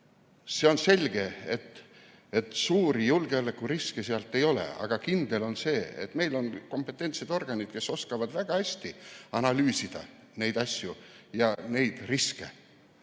See on selge, et suuri julgeolekuriske seal ei ole, aga kindel on see, et meil on kompetentsed organid, kes oskavad väga hästi analüüsida neid asju ja riske